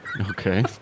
Okay